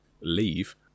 leave